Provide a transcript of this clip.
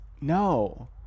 no